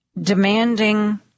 demanding